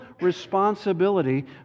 responsibility